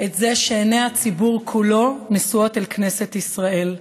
את זה שעיני הציבור כולו נשואות אל כנסת ישראל.